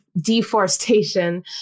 deforestation